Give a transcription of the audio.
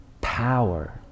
power